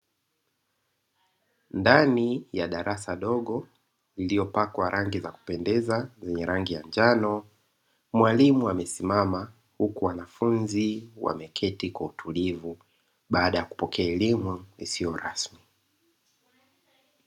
Ndani ya darasa dogo lililo pakwa rangi za kupendeza yenye rangi ya njano mwalimu amesimama, huku wanafunzi wameketi kwa utulivu baada ya kupokea elimu isiyo rasmi.